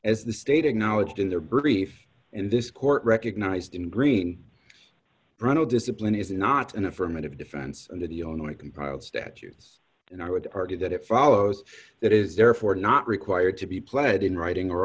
as the state of knowledge to their brief and this court recognized in green brunel discipline is not an affirmative defense under the only compiled statutes and i would argue that it follows that is therefore not required to be pled in writing or